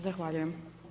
Zahvaljujem.